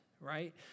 right